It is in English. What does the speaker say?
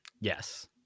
Yes